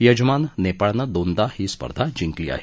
यजमान नेपाळनं दोनदा ही स्पर्धा जिंकली आहे